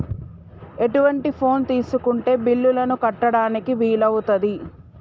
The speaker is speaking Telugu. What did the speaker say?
ఎటువంటి ఫోన్ తీసుకుంటే బిల్లులను కట్టడానికి వీలవుతది?